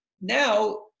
now